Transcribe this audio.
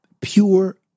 pure